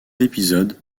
épisode